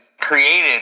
created